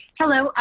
hello,